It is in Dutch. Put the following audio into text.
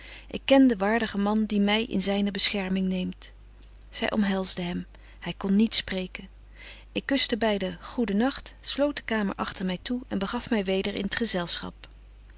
ik ken den waardigen man die my in zyne bescherming neemt zy omhelsde hem hy kon niet spreken ik kuschte beiden goeden nagt sloot de kamer agter my toe en begaf my weder in t gezelschap